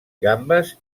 gambes